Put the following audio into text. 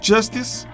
Justice